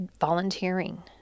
volunteering